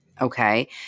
okay